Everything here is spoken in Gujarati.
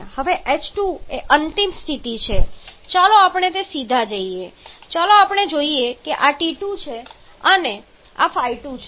હવે h2 જે અંતિમ સ્થિતિ છે ચાલો આપણે સીધા જઈએ ચાલો જોઇએ કે આ T2 છે અને આ ϕ2 છે